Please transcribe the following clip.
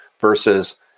versus